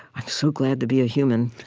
i'm so glad to be a human,